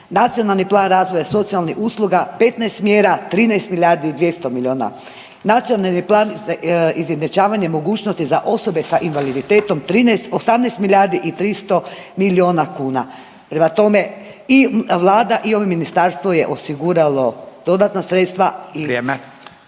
Nacionalni plan razvoja socijalnih usluga 15 mjera 13 milijardi i 200 miliona. Nacionalni plan izjednačavanja mogućnosti za osobe sa invaliditetom 13, 18 milijardi i 300 miliona kuna. Prema tome i vlada i ovo ministarstvo je osiguralo dodatna sredstva